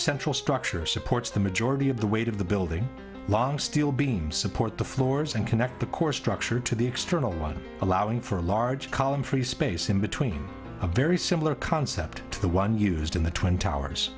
central structure supports the majority of the weight of the building long steel beams support the floors and connect the core structure to the external one allowing for a large column free space in between a very similar concept to the one used in the twin towers